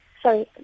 Sorry